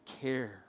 care